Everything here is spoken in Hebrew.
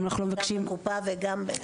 גם בקופה וגם אלטרנטיבי.